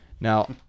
Now